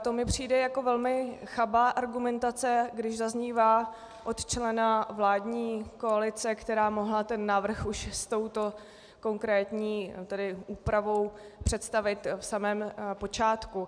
To mi přijde jako velmi chabá argumentace, když zaznívá od člena vládní koalice, která mohla ten návrh už s touto konkrétní úpravou představit už v samém počátku.